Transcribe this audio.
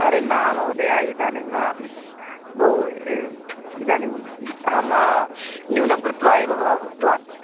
अरे न महोदया इदानीं न भो इ इदानीम् अहं न्यूनं कृत्वा एव वा उक्तवान्